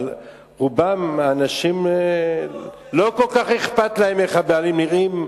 אבל רוב הנשים לא כל כך אכפת להן איך הבעלים נראים,